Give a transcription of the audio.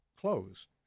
closed